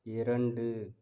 இரண்டு